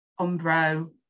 umbro